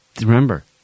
Remember